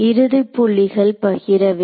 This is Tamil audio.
இறுதிப் புள்ளிகள் பகிரவில்லை